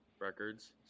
records